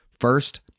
First